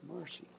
Mercy